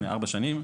לפני ארבע שנים,